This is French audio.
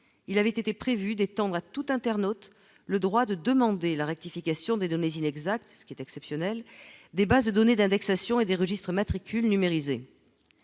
il avait été prévu d'étendre à tout internaute le droit de demander la rectification des données inexactes, ce qui est exceptionnel des bases de données d'indexation et des registres matricules numérisés,